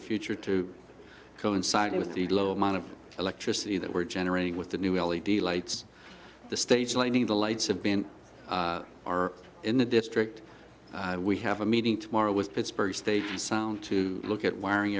the future to coincide with the low amount of electricity that we're generating with the new lights the stage lighting the lights have been are in the district we have a meeting tomorrow with pittsburgh they sound to look at wiring